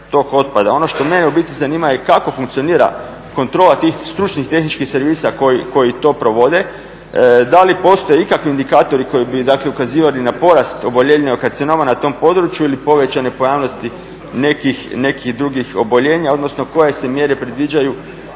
Ono što mene u biti zanima je kako funkcionira kontrola tih stručnih tehničkih servisa koji to provode, da li postoje ikakvi indikatori koji bi dakle ukazivali na porast oboljenja od karcinoma na tom području, ili povećane pojavnosti nekih drugih oboljenja, odnosno koje se mjere predviđaju